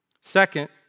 Second